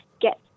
get